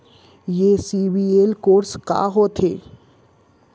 ये CIBIL score का होथे?